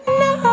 no